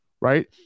right